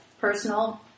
personal